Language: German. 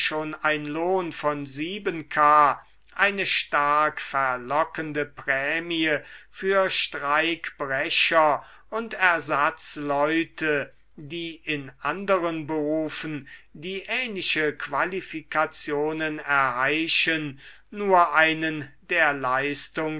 ein lohn von k eine stark verlockende prämie für streikbrecher und ersatzleute die in anderen berufen die ähnliche qualifikationen erheischen nur einen der leistung